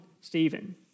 Stephen